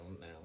now